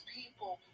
people